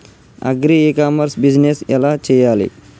Agri e commerce business ఎలా చెయ్యాలి?